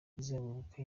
kuzenguruka